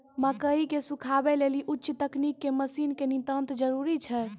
मकई के सुखावे लेली उच्च तकनीक के मसीन के नितांत जरूरी छैय?